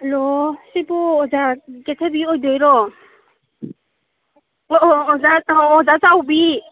hello ꯁꯤꯕꯨ ꯑꯣꯖꯥ ꯀꯦꯊꯕꯤ ꯑꯣꯏꯗꯣꯏꯔꯣ ꯑꯣ ꯑꯣ ꯑꯣꯖꯥ ꯑꯣꯖꯥ ꯆꯥꯎꯕꯤ